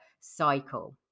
cycle